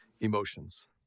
emotions